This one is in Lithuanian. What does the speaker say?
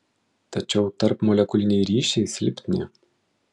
tačiau tarpmolekuliniai ryšiai silpni